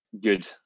good